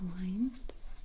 lines